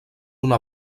una